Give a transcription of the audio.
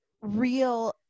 real